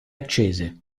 accese